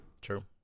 true